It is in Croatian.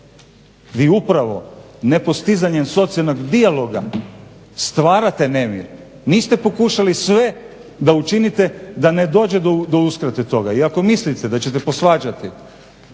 Vi upravo nepostizanjem socijalnog dijaloga stvarate nemir. Niste pokušali sve da učinite da ne dođe do uskrate toga. I ako mislite da ćete posvađati